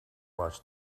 watch